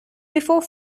before